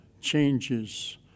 changes